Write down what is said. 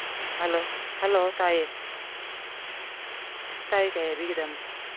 hello hello ꯇꯥꯏꯌꯦ ꯇꯥꯏꯌꯦ ꯀꯩ ꯍꯥꯏꯕꯤꯒꯗꯝꯅꯣ